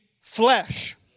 flesh